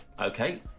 okay